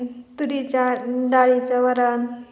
तुरीच्या डाळीचं वरण